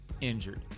injured